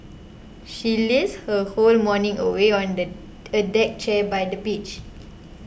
she lazed her whole morning away on a a deck chair by the beach